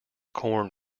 corn